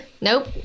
Nope